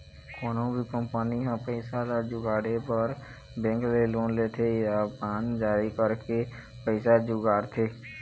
कोनो भी कंपनी ह पइसा ल जुगाड़े बर बेंक ले लोन लेथे या बांड जारी करके पइसा जुगाड़थे